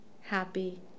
happy